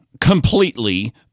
Completely